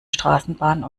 straßenbahn